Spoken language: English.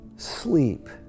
Sleep